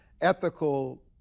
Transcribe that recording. ethical